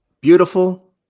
Beautiful